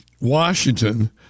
Washington